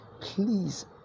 Please